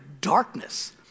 darkness